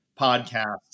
podcasts